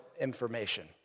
information